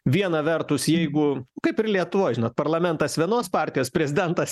viena vertus jeigu kaip ir lietuvoj žinot parlamentas vienos partijos prezidentas